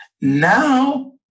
Now